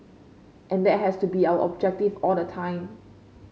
and that has to be our objective all the time